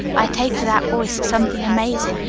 i take to that boy something amazin',